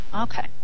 Okay